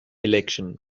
election